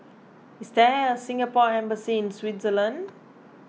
is there a Singapore Embassy in Switzerland